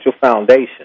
foundation